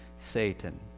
Satan